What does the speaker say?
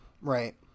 right